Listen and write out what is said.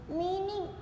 meaning